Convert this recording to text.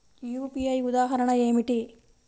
UPI ఉదాహరణ ఏమిటి?